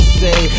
say